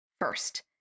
first